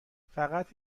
فقط